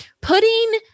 putting